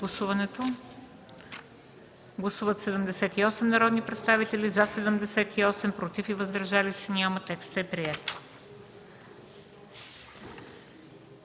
Гласували 71 народни представители: за 71, против и въздържали се няма. Текстът е приет.